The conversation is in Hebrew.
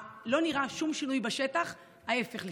לא נראה שום שינוי בשטח, ההפך לפעמים.